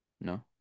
No